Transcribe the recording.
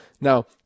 Now